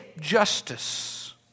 justice